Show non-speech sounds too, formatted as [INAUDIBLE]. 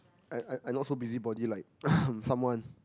I I I not so busybody like [COUGHS] someone